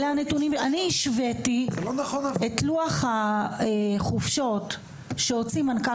אני השוואתי את לוח החופשות שהוציא מנכ"ל